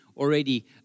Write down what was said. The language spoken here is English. Already